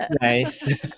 Nice